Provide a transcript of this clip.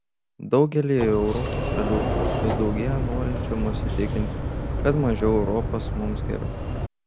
daugelyje europos šalių vis daugėja norinčių mus įtikinti kad mažiau europos mums geriau